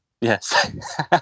Yes